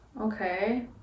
Okay